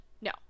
No